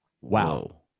wow